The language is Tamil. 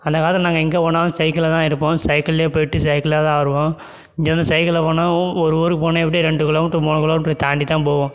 அந்தக் காலத்தில் நாங்கள் எங்கே போனாலும் சைக்கிளை எடுப்போம் சைக்கிளில் போயிட்டு சைக்கிளில் தான் வருவோம் இங்கேயிருந்து சைக்கிளில் போனாலும் ஒரு ஊருக்கு போகணுன்னா எப்படியும் ஒரு ரெண்டு கிலோமீட்டர் மூணு கிலோமீட்டர் தாண்டி தான் போவோம்